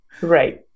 Right